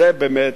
זה באמת,